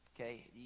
Okay